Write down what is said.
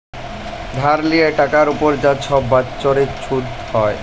ধার লিয়ে টাকার উপর যা ছব বাচ্ছরিক ছুধ হ্যয়